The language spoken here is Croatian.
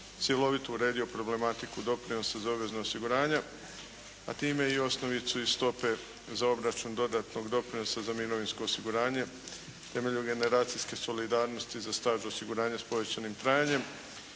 cjelovito uredio problematiku doprinosa za obvezna osiguranja, a time i osnovicu i stope za obračun dodatnog doprinosa za mirovinsko osiguranje temeljem generacijske solidarnosti za staž osiguranja s povećanim trajanjem